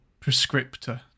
prescriptor